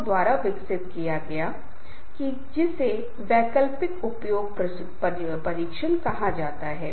कुछ लोगों को समझा जाता है कि लोग सिर्फ एक साथ बैठकर चुटकुले सुना रहे हैं और सिर्फ हंस रहे हैं